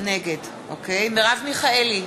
מרב מיכאלי,